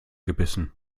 gebissen